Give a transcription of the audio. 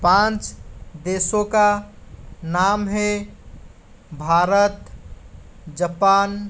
पाँच देशों का नाम है भारत जपान